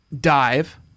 dive